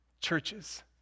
churches